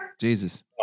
Jesus